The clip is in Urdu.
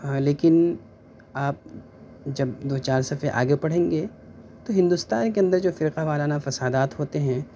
لیکن آپ جب دو چار صفحے آگے پڑھیں گے تو ہندوستان کے اندر جو فرقہ وارانہ فسادات ہوتے ہیں